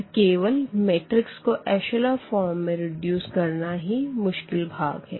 तो केवल मैट्रिक्स को एशलों फ़ॉर्म में रेड्यूस करना ही मुश्किल भाग है